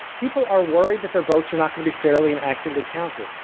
people are worried that their votes are not going to be fairly and accurately counted.